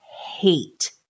hate